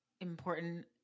Important